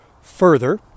further